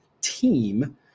team